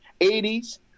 80s